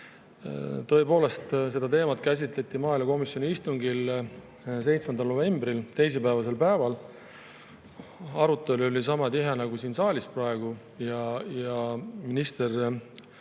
Tõepoolest, seda teemat käsitleti maaelukomisjoni istungil 7. novembril, teisipäevasel päeval. Arutelu oli sama tihe nagu siin saalis praegu ja minister